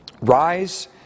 rise